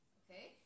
okay